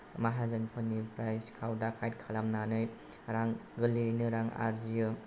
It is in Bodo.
माहाजोनफोरनिफ्राय सिखाव दाखायत खालामनानै रां गोर्लैयैनो रां आर्जियो